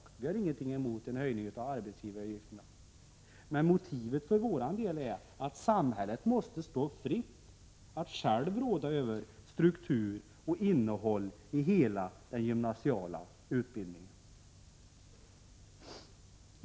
Jag har ingenting emot en höjning av arbetsgivaravgiften. Men motivet för vår del är att samhället självt måste få råda fritt över struktur och innehåll i hela den gymnasiala utbildningen.